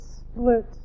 split